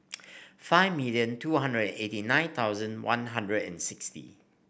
five million two hundred and eighty nine thousand One Hundred and sixty